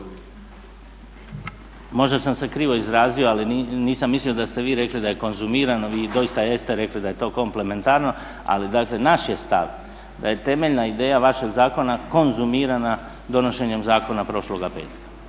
Možda sam se krivo izrazio, ali nisam mislio da ste vi rekli da je konzumirano i doista jeste rekli da je to komplementarno ali naš je stav da je temeljna ideja vašeg zakona konzumirana donošenjem zakona prošloga petka,